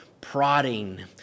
prodding